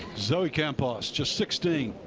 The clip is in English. zoe campos, just sixteen.